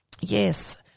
yes